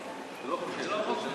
חובת סינון אתרים פוגעניים),